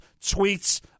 tweets